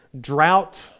drought